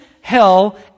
hell